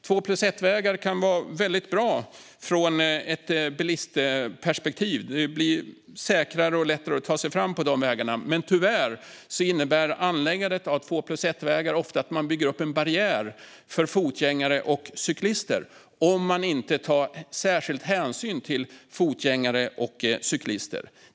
Två-plus-ett-vägar kan vara bra från ett bilistperspektiv eftersom det blir säkrare och lättare att ta sig fram på de vägarna, men tyvärr innebär anläggandet av två-plus-ett-vägar ofta att man bygger upp en barriär för fotgängare och cyklister om man inte tar särskild hänsyn till fotgängare och cyklister.